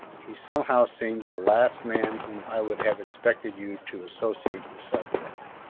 he somehow seems the last man whom i would have expected you to associate yourself with.